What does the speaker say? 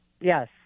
Yes